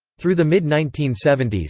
through the mid nineteen seventy s,